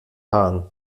haaren